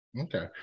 Okay